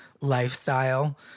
lifestyle